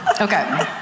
Okay